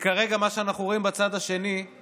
כרגע מה שאנחנו רואים בצד השני זה